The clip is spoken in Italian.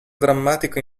drammatico